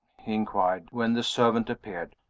he inquired, when the servant appeared.